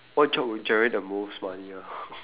what job would generate the most money ah